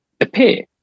appear